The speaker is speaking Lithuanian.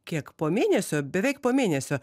kiek po mėnesio beveik po mėnesio